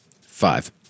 Five